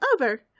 over